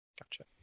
Gotcha